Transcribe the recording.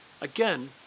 Again